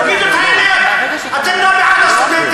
תגידו את האמת: אתם לא בעד הסטודנטים,